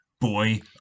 Boy